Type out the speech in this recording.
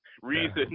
Reason